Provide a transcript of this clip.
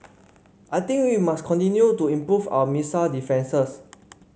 I think we must continue to improve our missile defences